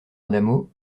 adamo